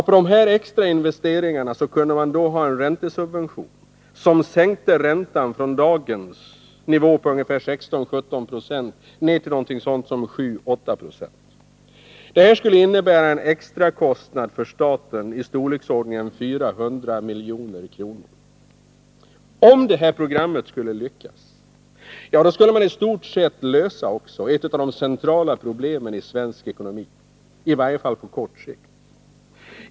På dessa extra investeringar kunde då utgå en räntesubvention som sänkte räntan från dagens nivå på 16 å 17 96 ned till 7 å 8 26. Det skulle innebära en extrakostnad för staten på i storleksordningen 400 milj.kr. Om detta program skulle lyckas, skulle man i stort sett lösa ett av de centrala problemen i svensk ekonomi, i varje fall på kort sikt.